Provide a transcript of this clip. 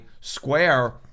Square